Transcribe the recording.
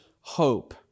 hope